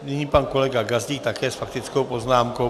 Nyní pan kolega Gazdík také s faktickou poznámkou.